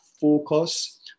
focus